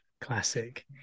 classic